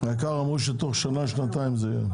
העיקר אמרו שבתוך שנה-שנתיים זה יהיה.